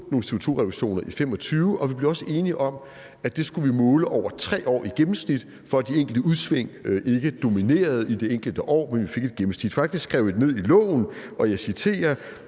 nogle CO2-reduktioner i 2025, og vi blev også enige om, at det skulle vi måle over 3 år i gennemsnit, for at de enkelte udsving i de enkelte år ikke dominerede, men vi fik et gennemsnit. Faktisk skrev vi det ind i loven, og jeg citerer: